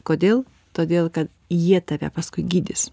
kodėl todėl kad jie tave paskui gydys